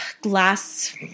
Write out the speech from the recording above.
glass